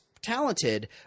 talented